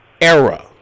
era